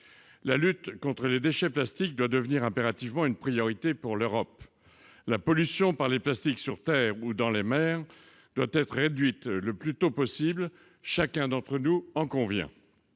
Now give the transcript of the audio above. la lutte contre les déchets plastiques doit devenir impérativement une priorité pour l'Europe, la pollution par les plastiques sur terre ou dans les mers doit être réduite, le plus tôt possible, chacun d'entre nous, en convient